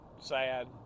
sad